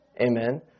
Amen